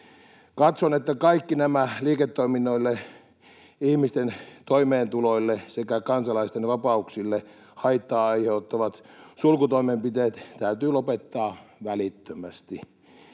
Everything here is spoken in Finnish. Katson, että kaikki nämä liiketoiminnoille, ihmisten toimeentuloille sekä kansalaisten vapauksille haittaa aiheuttavat sulkutoimenpiteet täytyy lopettaa välittömästi.